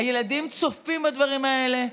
הילדים צופים בדברים האלה.